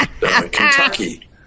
Kentucky